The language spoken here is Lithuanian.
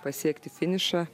pasiekti finišą